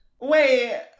wait